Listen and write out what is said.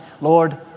Lord